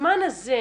בזמן הזה,